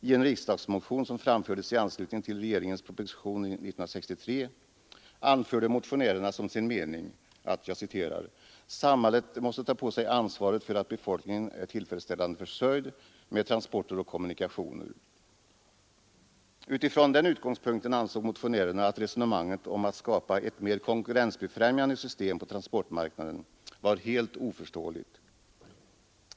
I en riksdagsmotion, som framfördes i anslutning till regeringens proposition 1963, anförde motionärerna som sin mening: ”Samhället måste ta på sig ansvaret för att befolkningen är tillfredsställande försörjd med transporter och kommunikationer.” Utifrån den utgångspunkten ansåg motionärerna att resonemanget om att skapa ett mer konkurrensbefrämjande system på transportmarknaden var helt oförståeligt.